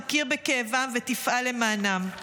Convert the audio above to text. תכיר בכאבם ותפעל למענם.